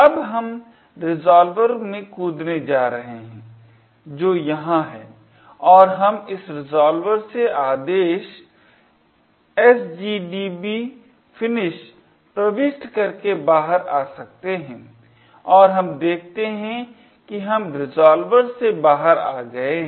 अब हम रिज़ॉल्वर में कूदने जा रहे हैं जो यहाँ है और हम इस रिज़ॉल्वर से आदेश gdb finish प्रविष्टि करके बाहर आ सकते हैं और हम देखते हैं कि हम रिज़ॉल्वर से बाहर आ गए हैं